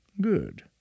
good